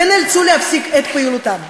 ונאלצו להפסיק את פעילותן.